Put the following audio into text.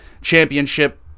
Championship